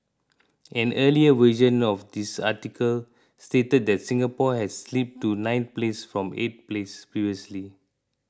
an earlier version of this article stated that Singapore had slipped to ninth place from eighth place previously